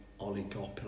oligopoly